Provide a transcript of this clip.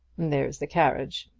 there's the carriage.